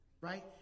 right